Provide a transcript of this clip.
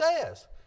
says